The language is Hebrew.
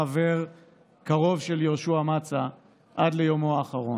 חברת כנסת עומדת על הדוכן.